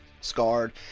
scarred